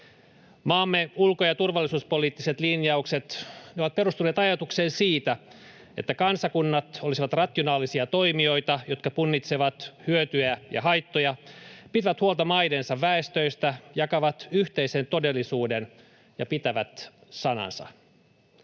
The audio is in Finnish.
Maamme ulko- ja turvallisuuspoliittiset linjaukset ovat perustuneet ajatukseen siitä, että kansakunnat olisivat rationaalisia toimijoita, jotka punnitsevat hyötyjä ja haittoja, pitävät huolta maidensa väestöistä, jakavat yhteisen todellisuuden ja pitävät sanansa.